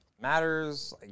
matters